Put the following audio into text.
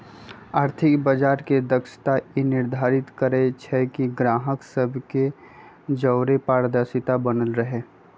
आर्थिक बजार के दक्षता ई निर्धारित करइ छइ कि गाहक सभ के जओरे पारदर्शिता बनल रहे